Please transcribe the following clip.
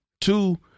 Two